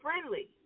friendly